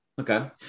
Okay